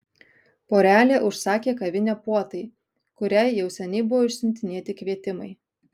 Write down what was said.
porelė užsakė kavinę puotai kuriai jau seniai buvo išsiuntinėti kvietimai